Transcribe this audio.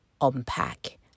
unpack